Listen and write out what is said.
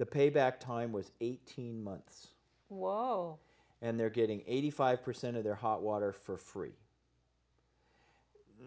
the payback time was eighteen months wall and they're getting eighty five percent of their hot water for free